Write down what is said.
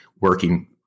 working